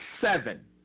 seven